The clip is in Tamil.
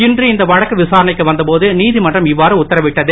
இன்று இந்த வழக்கு விசாரணைக்கு வந்தபோது நீதிமன்றம் இவ்வாறு உத்தரவிட்டது